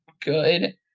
good